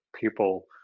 people